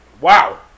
wow